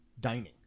dining